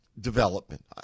development